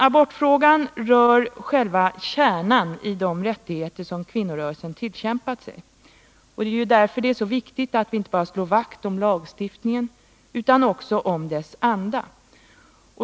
Abortfrågan rör själva kärnan i de rättigheter kvinnorörelsen tillkämpat sig. Det är därför det är så viktigt att slå vakt inte bara om lagstiftningen utan också om dess anda.